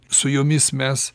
su jomis mes